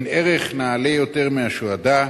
אין ערך נעלה יותר מהשהאדה.